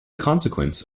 consequence